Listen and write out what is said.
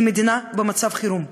היא מדינה במצב חירום.